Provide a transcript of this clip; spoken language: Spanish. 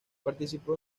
participó